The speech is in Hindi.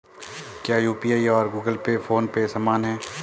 क्या यू.पी.आई और गूगल पे फोन पे समान हैं?